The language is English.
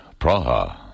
Praha